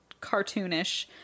cartoonish